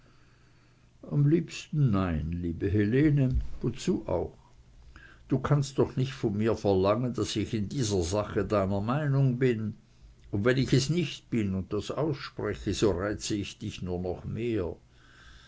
am liebsten nein liebe helene wozu auch du kannst doch nicht von mir verlangen daß ich in dieser sache deiner meinung bin und wenn ich es nicht bin und das ausspreche so reize ich dich nur noch mehr